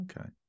okay